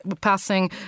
passing